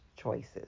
choices